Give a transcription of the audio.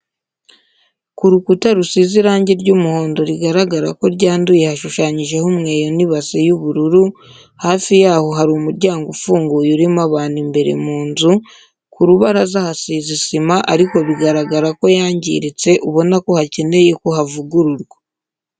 Ku rukuta rusize irangi ry'umuhondo rigaragara ko ryanduye hashushanyijeho umweyo n'ibase y'ubururu, hafi yaho hari umuryango ufunguye urimo abantu imbere mu nzu, ku rubaraza hasize isima ariko bigaragara ko yangiritse ubona ko hakeneye ko havugururwa.